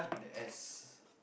with the S